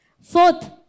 Fourth